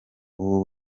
ubu